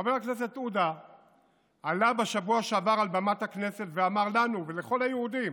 חבר הכנסת עודה עלה בשבוע שעבר על במת הכנסת ואמר לנו ולכל היהודים: